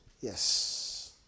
Yes